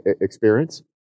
experience